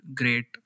great